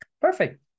perfect